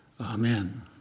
Amen